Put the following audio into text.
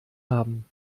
haben